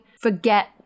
forget